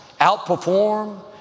outperform